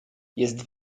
jest